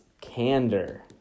candor